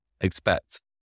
expect